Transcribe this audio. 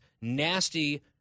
nasty